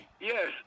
Yes